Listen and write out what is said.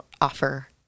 offer